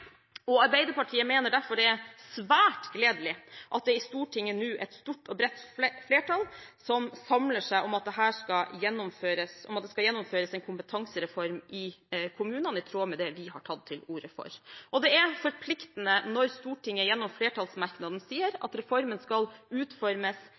Arbeiderpartiet mener derfor det er svært gledelig at det i Stortinget nå er et stort og bredt flertall som samler seg om at det skal gjennomføres en kompetansereform i kommunene, i tråd med det vi har tatt til orde for. Det er forpliktende når Stortinget gjennom flertallsmerknaden sier